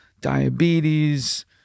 diabetes